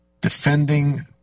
defending